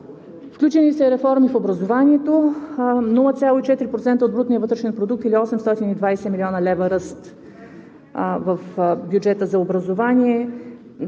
Включени са реформи в образованието – 0,4% от брутния вътрешен продукт, или 820 млн. лв. ръст в бюджета за образование,